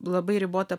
labai ribota